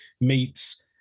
meets